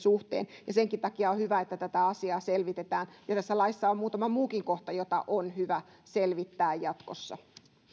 ja senkin takia on hyvä että tätä asiaa selvitetään tässä laissa on muutama muukin kohta jotka on hyvä selvittää jatkossa